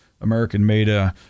American-made